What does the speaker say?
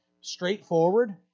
straightforward